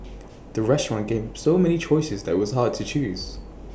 the restaurant gave so many choices that IT was hard to choose